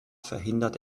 verhindert